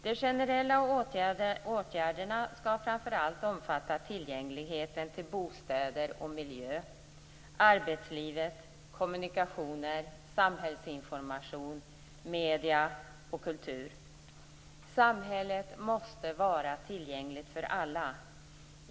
De generella åtgärderna skall framför allt omfatta tillgänglighet till bostäder och miljö, arbetsliv, kommunikationer, samhällsinformation och medier och kultur. Samhället måste vara tillgängligt för alla.